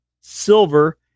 silver